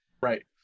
Right